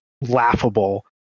laughable